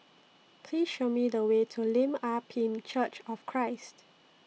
Please Show Me The Way to Lim Ah Pin Church of Christ